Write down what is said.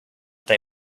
they